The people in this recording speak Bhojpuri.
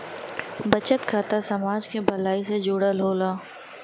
बचत खाता समाज के भलाई से जुड़ल होला